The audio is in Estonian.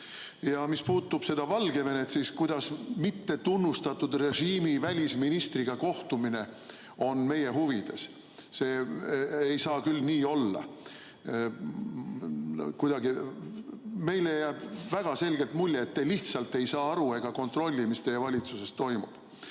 Ja mis puudutab Valgevenet, siis kuidas mittetunnustatud režiimi välisministriga kohtumine on meie huvides? See ei saa küll nii olla. Kuidagi meile jääb väga selgelt mulje, et te lihtsalt ei saa aru ega kontrolli, mis teie valitsuses toimub. Aga